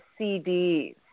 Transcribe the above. CDs